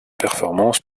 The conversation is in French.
performance